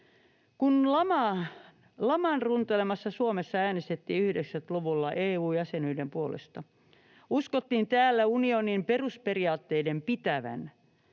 Kun laman runtelemassa Suomessa äänestettiin 90-luvulla EU-jäsenyyden puolesta, uskottiin täällä unionin perusperiaatteiden pitävän.